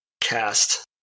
cast